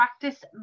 practice